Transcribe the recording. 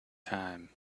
time